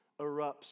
erupts